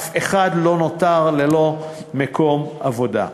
אף אחד לא נותר ללא מקום עבודה.